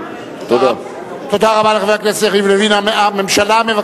חלילה וחס,